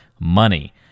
money